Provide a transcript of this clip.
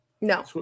No